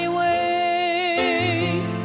ways